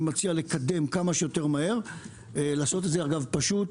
אני מציע לקדם כמה שיותר מהר, לעשות את זה פשוט,